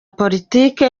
politiki